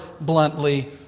bluntly